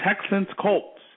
Texans-Colts